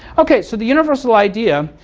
ok. so the universal idea,